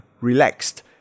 relaxed